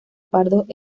pardos